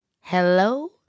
Hello